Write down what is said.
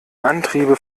antriebe